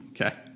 Okay